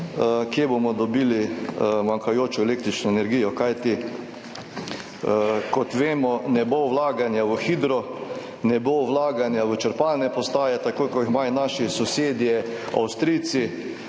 Kje bomo dobili manjkajočo električno energijo, kajti, kot vemo, ne bo vlaganja v hidro, ne bo vlaganja v črpalne postaje, take, kot jih imajo naši sosedje Avstrijci,